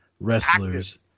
wrestlers